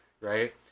Right